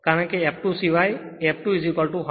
કારણ કે f2 સિવાય તેથી તે f2 10060 છે